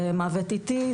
זה מוות איטי,